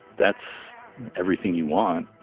that's everything you want.